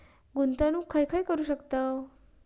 गुंतवणूक खय खय करू शकतव?